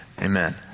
Amen